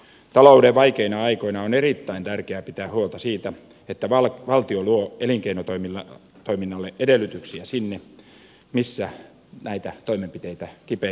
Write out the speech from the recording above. talouden vaikeina aikoina on erittäin tärkeää pitää huolta siitä että valtio luo elinkeinotoiminnalle edellytyksiä sinne missä näitä toimenpiteitä kipeimmin tarvitaan